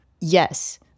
yes